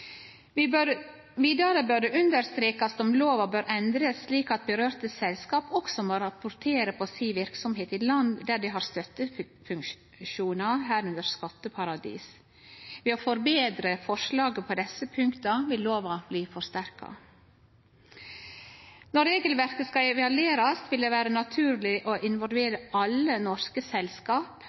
Vidare bør det bli greidd ut om lova bør endrast slik at dei selskapa det gjeld, også må rapportere på verksemda si i land der dei har støttefunksjonar, medrekna skatteparadis. Ved å forbetre forslaget på desse punkta vil lova bli forsterka. Når regelverket skal evaluerast, vil det vere naturleg å involvere alle norske selskap